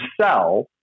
sell